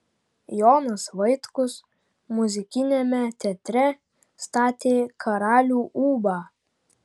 jonas vaitkus muzikiniame teatre statė karalių ūbą